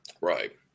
Right